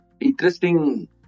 Interesting